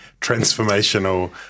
transformational